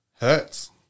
hurts